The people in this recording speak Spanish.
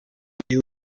hechas